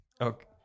okay